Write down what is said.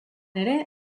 ere